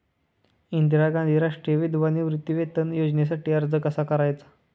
इंदिरा गांधी राष्ट्रीय विधवा निवृत्तीवेतन योजनेसाठी अर्ज कसा करायचा?